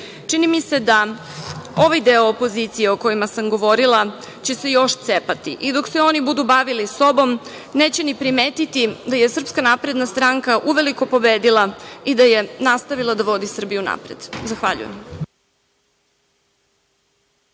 ne. Čini mi se da ovaj deo opozicije o kojima sam govorila će se još cepati i dok se oni budu bavili sobom neće ni primetiti da je SNS uveliko pobedila i da je nastavila da vodi Srbiju napred. Zahvaljujem.